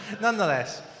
nonetheless